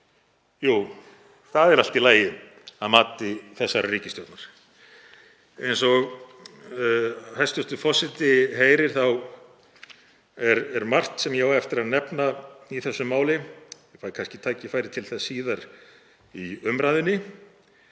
jú, það er allt í lagi að mati þessarar ríkisstjórnar. Eins og hæstv. forseti heyrir þá er margt sem ég á eftir að nefna í þessu máli. Ég fæ kannski tækifæri til þess síðar í umræðunni.